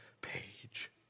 page